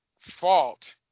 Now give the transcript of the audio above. fault –